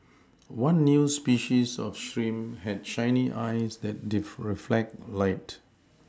one new species of shrimp had shiny eyes that def reflect light